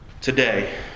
today